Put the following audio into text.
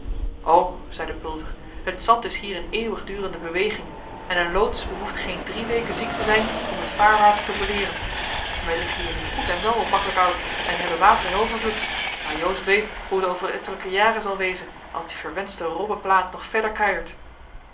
o zeide pulver het zand is hier in eeuwigdurende beweging en een loods behoeft geen drie weken ziek te zijn om het vaarwater te verleeren wij liggen hier nu goed en wel op maklijk oud en hebben water in overvloed maar joost weet hoe het over ettelijke jaren zal wezen als die verwenschte robbeplaat nog verder kuiert